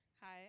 hi